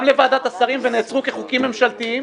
גם לוועדת השרים ונעצרו כחוקים ממשלתיים.